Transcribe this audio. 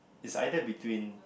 is either between